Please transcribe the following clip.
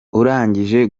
urangije